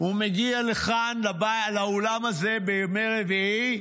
הוא מגיע לכאן, לאולם הזה, בימי רביעי ונופל.